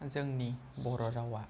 जोंनि बर' रावा